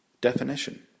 definition